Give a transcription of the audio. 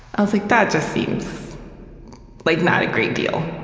i was like that just seems like not a great deal.